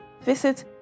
visit